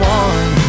one